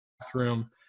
bathroom